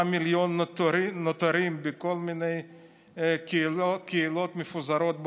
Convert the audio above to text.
המיליון הנותרים בכל מיני קהילות מפוזרות בעולם,